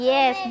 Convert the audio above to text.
Yes